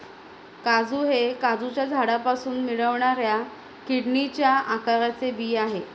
काजू हे काजूच्या झाडापासून मिळणाऱ्या किडनीच्या आकाराचे बी आहे